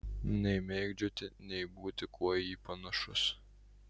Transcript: nei mėgdžioti nei būti kuo į jį panašus